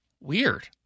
Weird